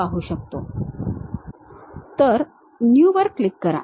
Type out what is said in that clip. तेथे New वर click करा